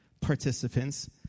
participants